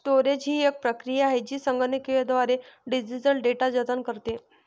storage ही एक प्रक्रिया आहे जी संगणकीयद्वारे डिजिटल डेटा जतन करते